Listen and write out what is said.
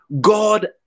God